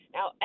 Now